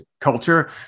culture